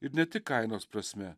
ir ne tik kainos prasme